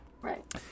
right